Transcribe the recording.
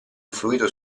influito